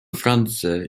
франция